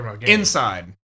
inside